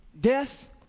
death